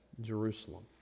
Jerusalem